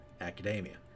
Academia